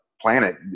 planet